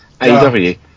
AEW